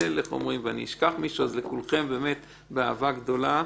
ואני אשכח מישהו אז לכולכם באהבה גדולה.